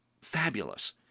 fabulous